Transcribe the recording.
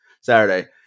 Saturday